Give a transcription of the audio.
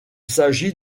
s’agit